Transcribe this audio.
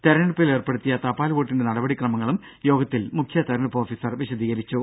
തിരഞ്ഞെടുപ്പിന് ഏർപ്പെടുത്തിയ തപാൽ വോട്ടിന്റെ നടപടി ക്രമങ്ങളും യോഗത്തിൽ മുഖ്യതിരഞ്ഞെടുപ്പ് ഓഫീസർ വിശദീകരിച്ചു